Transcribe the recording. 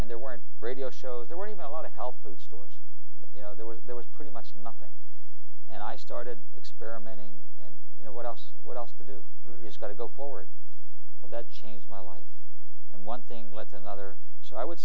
and there weren't radio shows there were any milada health food stores you know there was there was pretty much nothing and i started experimenting and you know what else what else to do has got to go forward will that change my life and one thing led to another so i would